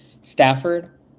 Stafford